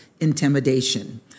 intimidation